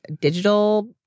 digital